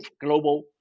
global